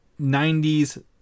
90s